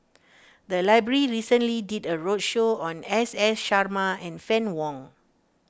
the library recently did a roadshow on S S Sarma and Fann Wong